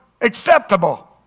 acceptable